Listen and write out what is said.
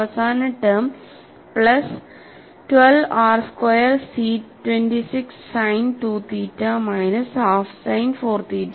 അവസാന term plus 12 R square C 26 sine 2 theta minus half sine 4 തീറ്റ